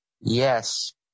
Yes